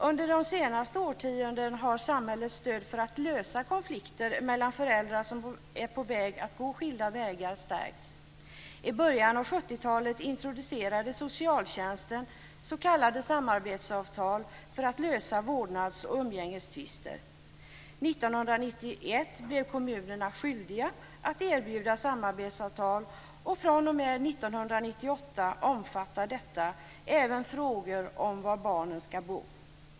Under de senaste årtiondena har samhällets stöd för att lösa konflikter mellan föräldrar som är på väg att gå skilda vägar stärkts. I början av 70-talet introducerade socialtjänsten s.k. samarbetsavtal för att lösa vårdnads och umgängestvister. 1991 blev kommunerna skyldiga att erbjuda samarbetsavtal. fr.o.m. 1998 omfattar dessa även frågor om var barnen ska bo.